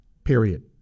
Period